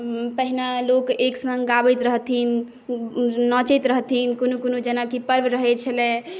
पहिने लोक एकसङ्ग गाबैत रहथिन नाचैत रहथिन कोनो कोनो जेनाकि पर्व रहै छलै